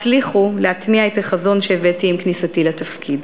ואף הצליחו להטמיע את החזון שהבאתי עם כניסתי לתפקיד.